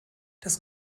das